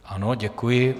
Ano, děkuji.